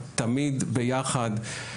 תמיד ביחד,